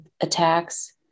attacks